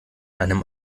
einem